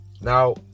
Now